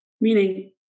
meaning